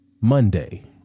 Monday